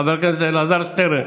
חבר הכנסת אלעזר שטרן.